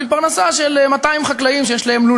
בבקשה, אדוני, חמש דקות לרשותך.